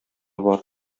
бар